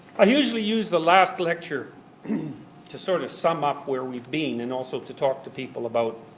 i usually use the last lecture to sort of sum up where we've been and also to talk to people about,